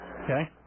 Okay